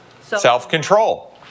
self-control